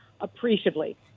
appreciably